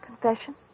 Confession